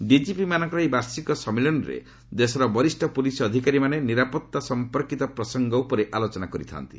ଡିକ୍କିପି ମାନଙ୍କର ଏହି ବାର୍ଷିକ ସମ୍ମିଳନୀରେ ଦେଶର ବରିଷ୍ଣ ପୁଲିସ୍ ଅଧିକାରୀମାନେ ନିରାପତ୍ତା ସଂପର୍କିତ ପ୍ରସଙ୍ଗ ଉପରେ ଆଲୋଚନା କରିଥାନ୍ତି